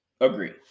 Agree